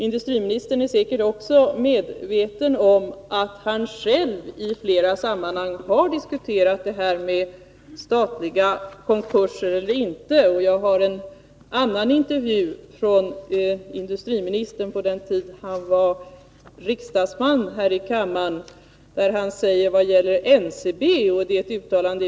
Industriministern är säkert också medveten om att han själv i flera sammanhang har diskuterat frågan om statliga konkurser eller inte. Jag har framför mig en annan intervju med industriministern, nämligen i Veckans Affärer, från den tid då han var riksdagsman här i kammaren.